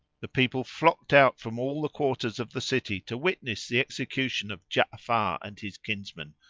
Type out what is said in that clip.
the people flocked out from all the quarters of the city to witness the execution of ja'afar and his kinsmen,